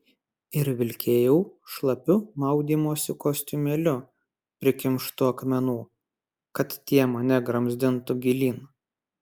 ir vilkėjau šlapiu maudymosi kostiumėliu prikimštu akmenų kad tie mane gramzdintų gilyn